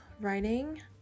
writing